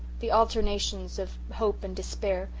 the alternations of hope and despair,